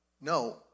No